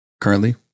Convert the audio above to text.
currently